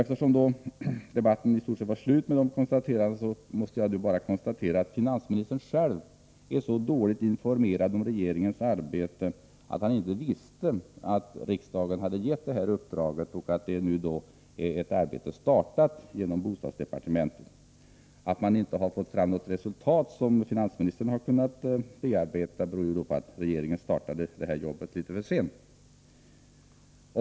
Eftersom debatten i stort sett var slut efter det inlägget, måste jag nu konstatera att finansministern själv är så dåligt informerad om regeringens arbete att han inte visste att riksdagen hade givit regeringen det här uppdraget och att arbetet med det har startat i bostadsdepartementet. Att man inte har fått fram något resultat, som finansministern har kunnat bearbeta, beror på att regeringen startade jobbet litet för sent.